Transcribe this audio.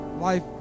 life